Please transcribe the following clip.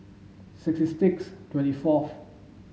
sixty six twenty fourth